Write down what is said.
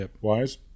wise